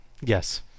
Yes